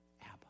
Abba